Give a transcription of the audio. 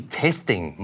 testing